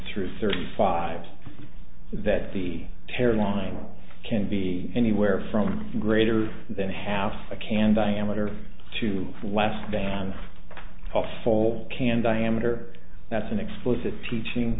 through thirty five that the carolinas can be anywhere from greater than half a can diameter to less than a full can diameter that's an explicit teaching